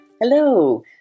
Hello